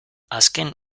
azken